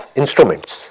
instruments